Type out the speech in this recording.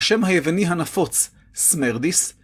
שם היווני הנפוץ, סמרדיס.